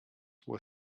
were